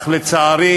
אך לצערי